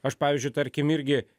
aš pavyzdžiui tarkim irgi